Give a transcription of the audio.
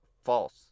False